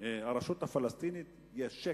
הרשות הפלסטינית יש שקט,